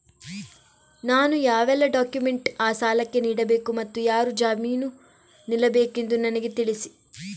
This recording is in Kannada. ನಾನು ಯಾವೆಲ್ಲ ಡಾಕ್ಯುಮೆಂಟ್ ಆ ಸಾಲಕ್ಕೆ ನೀಡಬೇಕು ಮತ್ತು ಯಾರು ಜಾಮೀನು ನಿಲ್ಲಬೇಕೆಂದು ನನಗೆ ತಿಳಿಸಿ?